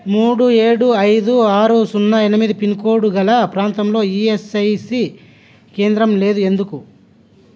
మూడు ఏడు ఐదు ఆరు సున్నా ఎనిమిది పిన్ కోడ్ గల ప్రాంతంలో ఈఎస్ఐసీ కేంద్రం లేదు ఎందుకు